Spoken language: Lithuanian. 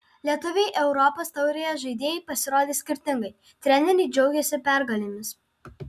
lietuviai europos taurėje žaidėjai pasirodė skirtingai treneriai džiaugėsi pergalėmis